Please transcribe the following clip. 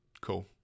cool